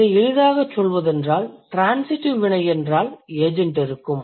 இதை எளிதாகச் சொல்வதென்றால் ட்ரான்சிடிவ் வினை என்றால் ஏஜெண்ட் இருக்கலாம்